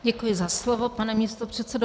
Děkuji za slovo, pane místopředsedo.